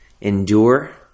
endure